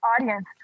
audience